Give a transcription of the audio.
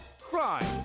crime